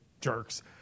jerks